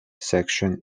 section